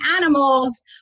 animals